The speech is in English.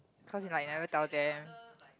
cause you like never tell them